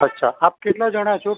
અચ્છા આપ કેટલા જણા છો